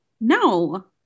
No